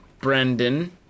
Brendan